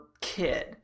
kid